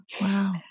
Wow